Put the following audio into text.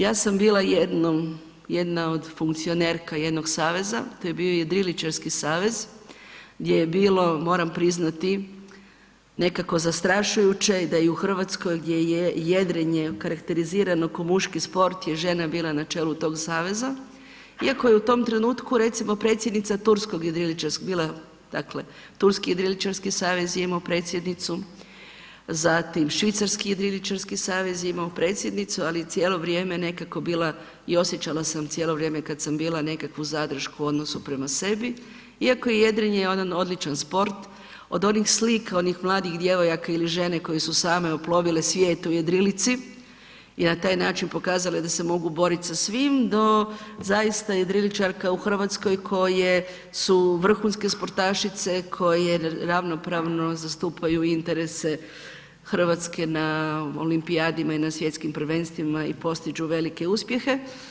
Ja sam bila jednom jedna od funkcionerka jednog saveza, to je bio jedriličarski savez gdje je bilo, moram priznati nekako zastrašujuće i da je i u RH gdje je jedrenje okarakterizirano kao muški sport je žena bila na čelu tog saveza, iako je u tom trenutku recimo predsjednica turskog jedriličarskog bila, dakle turski jedriličarski savez je imao predsjednicu, zatim švicarski jedriličarski savez je imao predsjednicu, ali cijelo vrijeme nekako bila i osjećala sam cijelo vrijeme kad sam bila nekakvu zadršku u odnosu prema sebi iako je jedrenje jedan odličan sport, od onih slika, od onih mladih djevojaka ili žene koje su same oplovile svijet u jedrilici i na taj način pokazale da se mogu borit sa svim, do zaista jedriličarke u RH koje su vrhunske sportašice, koje ravnopravno zastupaju interese RH na olimpijadima i na svjetskim prvenstvima i postižu velike uspjehe.